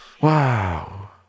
Wow